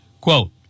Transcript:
Quote